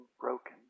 broken